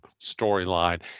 storyline